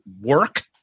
work